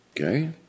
Okay